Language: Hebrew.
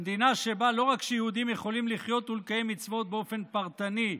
במדינה שבה לא רק שיהודים יכולים לחיות ולקיים מצוות באופן פרטני,